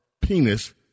penis